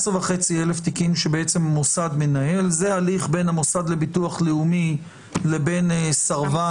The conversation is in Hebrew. תיקים שבהם מוסד מנהל זה הליך בין המוסד לביטוח לאומי לבין סרבן.